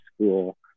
school